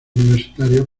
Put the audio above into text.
universitario